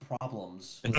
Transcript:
problems